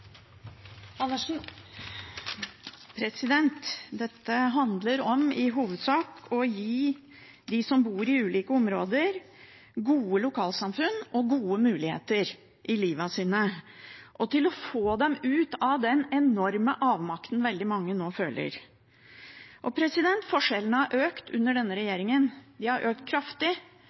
bor i ulike områder, gode lokalsamfunn og gode muligheter i livet sitt, og om å få dem ut av den enorme avmakten veldig mange nå føler. Forskjellene har økt under denne regjeringen, de har økt kraftig,